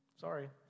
Sorry